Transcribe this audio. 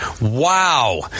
Wow